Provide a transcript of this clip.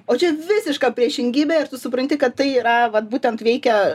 o čia visiška priešingybė ir tu supranti kad tai yra vat būtent veikia